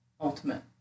ultimate